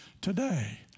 today